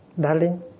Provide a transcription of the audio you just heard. Darling